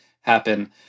happen